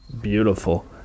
beautiful